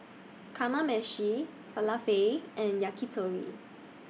Kamameshi Falafel and Yakitori